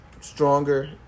stronger